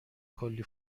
کلی